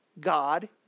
God